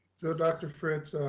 so dr. fritz,